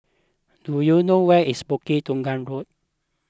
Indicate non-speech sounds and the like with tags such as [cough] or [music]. do you know where is Bukit Tunggal [unintelligible]